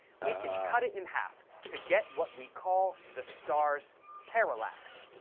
we can cut it in half to get what we call the star's parallax.